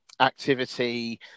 activity